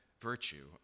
virtue